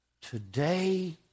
today